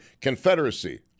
Confederacy